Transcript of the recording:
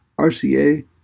RCA